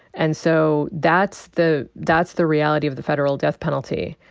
and so that's the that's the reality of the federal death penalty